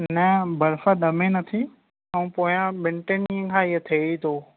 न बर्फ ॼमे न थी ऐं पोयां ॿिनि टिनि ॾींहंनि खां इहो थिए ई थो